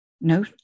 no